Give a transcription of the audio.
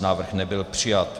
Návrh nebyl přijat.